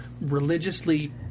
religiously